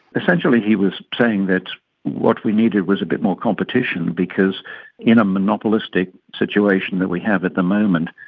essentially he was saying that what we needed was a bit more competition because in a monopolistic situation that we have at the moment,